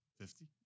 Fifty